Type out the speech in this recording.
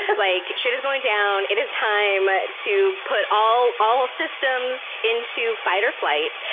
um like shit is going down. it is time to put all all systems into fight or flight.